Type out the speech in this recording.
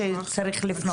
צריך לפנות.